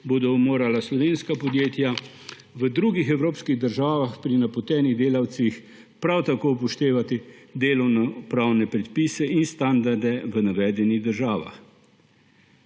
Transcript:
bodo morala slovenska podjetja v drugih evropskih državah pri napotenih delavcih prav tako upoštevati delovnopravne predpise in standarde v navedenih državah.